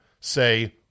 say